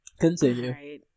Continue